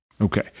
Okay